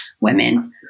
women